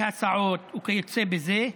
בהסעות וכיוצא בזה.